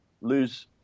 lose